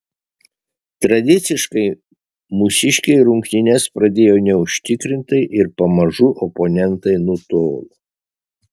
tradiciškai mūsiškiai rungtynes pradėjo neužtikrintai ir pamažu oponentai nutolo